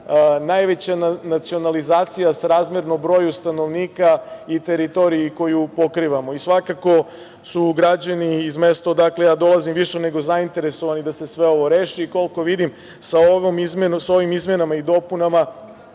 najveća nacionalizacija srazmerno broju stanovnika i teritoriji koju pokrivamo. Svakako su građani iz mesta odakle ja dolazim više nego zainteresovani da se sve ovo reši. Koliko vidim, sa ovim izmenama i dopunama